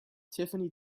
tiffany